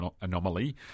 anomaly